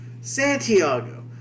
Santiago